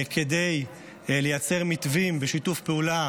כדי לייצר מתווים, בשיתוף פעולה